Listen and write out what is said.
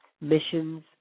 missions